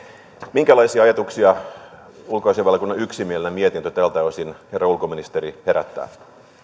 minkälaisia ajatuksia ulkoasiainvaliokunnan yksimielinen mietintö tältä osin herra ulkoministeri herättää